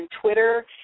Twitter